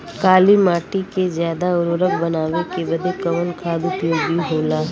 काली माटी के ज्यादा उर्वरक बनावे के बदे कवन खाद उपयोगी होला?